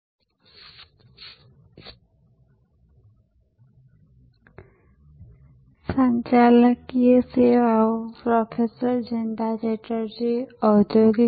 સેવાઓનું network hello આપણે છેલ્લા કેટલાક સત્રોથી સેવાઓના વિતરણ વિશે ચર્ચા કરી રહ્યા છીએ